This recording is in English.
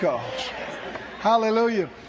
hallelujah